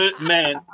Man